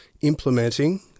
implementing